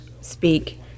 speak